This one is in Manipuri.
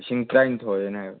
ꯂꯤꯁꯤꯡ ꯇꯔꯥꯅꯤꯊꯣꯏ ꯍꯥꯏꯅ ꯍꯥꯏꯕ